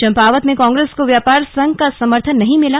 चंपावत में कांग्रेस को व्यापार संघ का समर्थन नहीं मिला